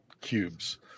cubes